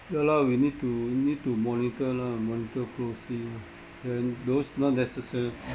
ya lah we need to need to monitor lah monitor closely then those not necessary